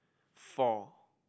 four